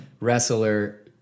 wrestler